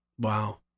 Wow